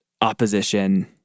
opposition